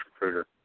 recruiter